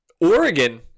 Oregon